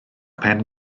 pen